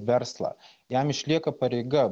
verslą jam išlieka pareiga